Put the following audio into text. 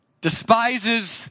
despises